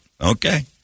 Okay